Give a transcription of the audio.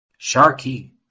Sharky